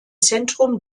zentrum